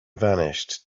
vanished